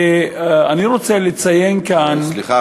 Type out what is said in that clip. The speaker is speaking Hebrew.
סליחה.